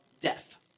death